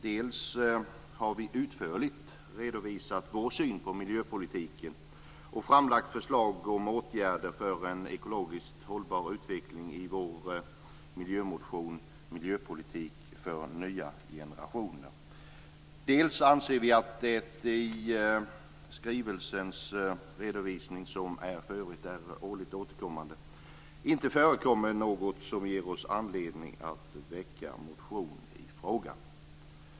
Dels har vi utförligt redovisat vår syn på miljöpolitiken och framlagt förslag om åtgärder för en ekologiskt hållbar utveckling i vår miljömotion Miljöpolitik för nya generationer, dels anser vi att det i skrivelsens redovisning, som för övrigt är årligen återkommande, inte förekommer något som ger oss anledning att väcka motion i frågan.